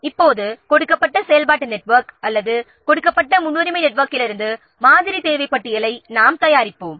இப்போது கொடுக்கப்பட்ட செயல்பாட்டு நெட்வொர்க் அல்லது கொடுக்கப்பட்ட முன்னுரிமை நெட்வொர்க்கிலிருந்து மாதிரி தேவை பட்டியலை நாம் தயாரிப்போம்